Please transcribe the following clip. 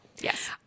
Yes